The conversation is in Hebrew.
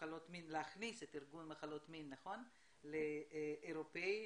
מחלות המין לארגון אירופאי